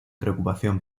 preocupación